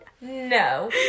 No